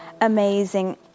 amazing